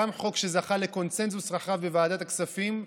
חוק שזכה לקונסנזוס רחב בוועדת הכספים.